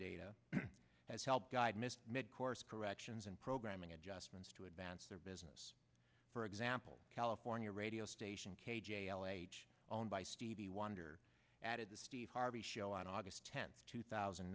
data has helped guide ms mid course corrections and programming adjustments to advance their business for example california radio station k j l h owned by stevie wonder at the steve harvey show on aug tenth two thousand